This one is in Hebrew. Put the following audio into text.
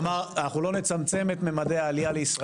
הוא אמר אנחנו לא נצמצם את ממדי העלייה לישראל